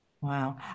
Wow